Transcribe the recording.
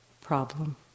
problem